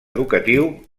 educatiu